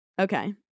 Okay